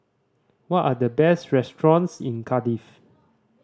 what are the best restaurants in Cardiff